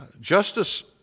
Justice